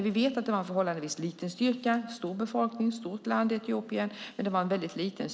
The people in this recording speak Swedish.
Vi vet att det var en förhållandevis liten styrka till en så stor befolkning och ett så stort land som Etiopien.